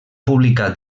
publicat